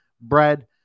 bread